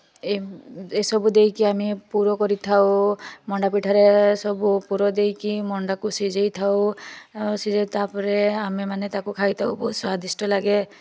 ଏ ସବୁ ଦେଇକି ଆମେ ପୁର କରିଥାଉ ମଣ୍ଡା ପିଠାରେ ସବୁ ପୁର ଦେଇକି ମଣ୍ଡାକୁ ସିଝାଇ ଥାଉ ସିଝାଇ ତା'ପରେ ଆମେ ମାନେ ତାକୁ ଖାଇଥାଉ ବହୁତ ସ୍ୱାଦିଷ୍ଟ ଲାଗେ